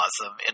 awesome